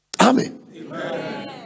Amen